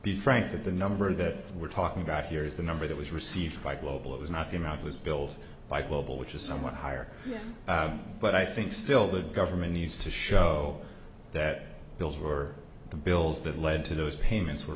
be frank that the number that we're talking about here is the number that was received by global it was not the amount was billed by global which is somewhat higher but i think still the government needs to show that bills were the bills that led to those payments were